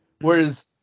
Whereas